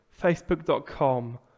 facebook.com